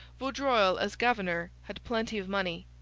vaudreuil, as governor, had plenty of money.